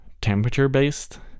temperature-based